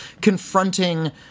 confronting